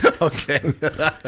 Okay